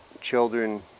children